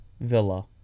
Villa